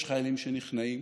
יש חיילים שנכנעים,